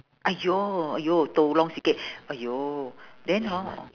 !aiyo! !aiyo! tolong sikit !aiyo! then hor